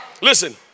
Listen